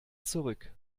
zurück